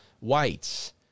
whites